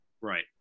Right